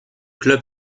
club